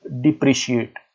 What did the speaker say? depreciate